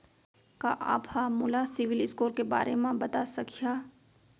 का आप हा मोला सिविल स्कोर के बारे मा बता सकिहा?